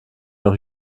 noch